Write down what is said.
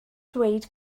dweud